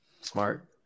smart